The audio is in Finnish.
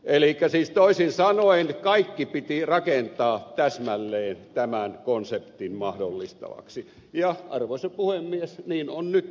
elikkä siis toisin sanoen kaikki piti rakentaa täsmälleen tämän konseptin mahdollistavaksi ja arvoisa puhemies niin on nyt tapahtumassa